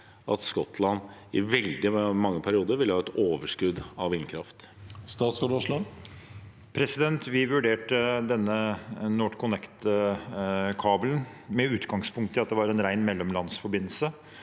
at Skottland i veldig mange perioder vil ha et overskudd av vindkraft? Statsråd Terje Aasland Vi vurderte NorthConnect-kabelen med utgangspunkt i at det var en ren mellomlandsforbindelse,